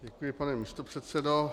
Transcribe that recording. Děkuji, pane místopředsedo.